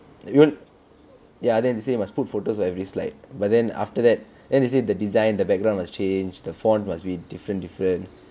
ya ya then they say must put photos on every slide but then after that then they say the design the background must change the font must be different different